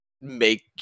make